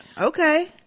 okay